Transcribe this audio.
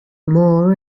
more